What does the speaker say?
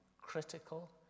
critical